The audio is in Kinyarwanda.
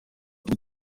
cyo